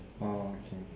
!wow! okay